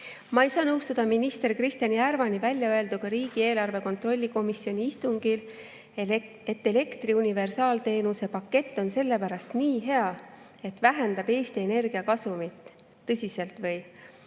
Ma ei saa nõustuda minister Kristjan Järvani öelduga riigieelarve kontrolli erikomisjoni istungil, et elektri universaalteenuse pakett on sellepärast nii hea, et vähendab Eesti Energia kasumit. Tõsiselt või?